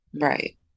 Right